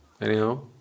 Anyhow